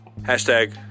Hashtag